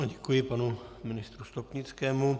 Děkuji panu ministru Stropnickému.